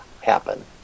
happen